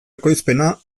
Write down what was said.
ekoizpena